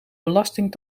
belasting